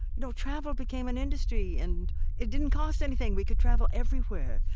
you know travel became an industry, and it didn't cost anything. we could travel everywhere.